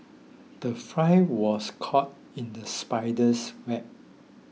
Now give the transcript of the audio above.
the fry was caught in the spider's web